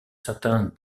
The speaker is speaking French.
certain